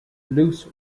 loose